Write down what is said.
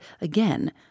again